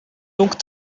donc